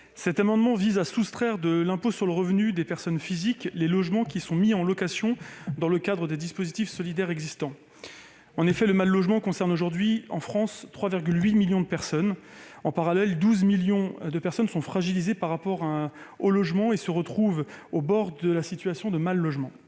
Cet amendement vise à soustraire de l'impôt sur le revenu des personnes physiques les logements mis en location dans le cadre des dispositifs solidaires existants. Aujourd'hui, le mal-logement concerne en France 3,8 millions de personnes. En parallèle, 12 millions de personnes sont fragilisées s'agissant du logement et se retrouvent proches d'une situation de mal-logement